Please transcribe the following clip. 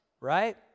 right